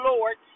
Lord